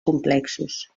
complexos